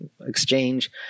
exchange